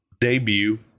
debut